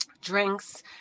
drinks